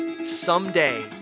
Someday